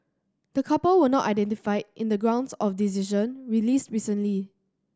the couple were not identified in the grounds of decision released recently